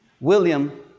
William